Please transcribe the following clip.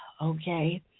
Okay